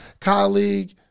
colleague